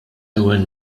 ewwel